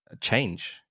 change